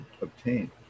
obtain